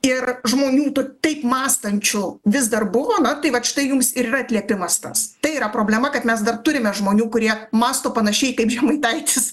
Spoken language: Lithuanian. ir žmonių taip mąstančių vis dar buvo tai vat štai jums ir yra atliepimas tas tai yra problema kad mes dar turime žmonių kurie mąsto panašiai kaip žemaitaitis